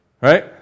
Right